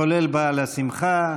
כולל בעל השמחה,